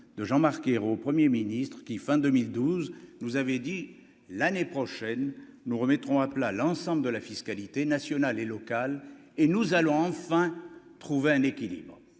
de Jean Marc Ayrault Premier Ministre qui, fin 2012 nous avez dit l'année prochaine nous remettrons à plat l'ensemble de la fiscalité nationale et locale et nous allons enfin trouver un équilibre,